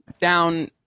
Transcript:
down